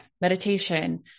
Meditation